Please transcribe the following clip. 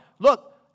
Look